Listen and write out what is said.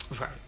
Right